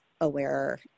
aware